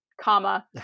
comma